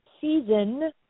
season